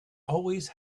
always